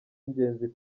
ingenzi